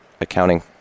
accounting